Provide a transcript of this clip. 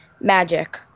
magic